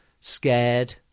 scared